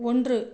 ஒன்று